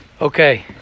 Okay